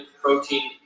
protein